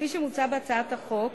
כפי שמוצע בהצעת החוק,